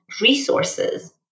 resources